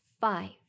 five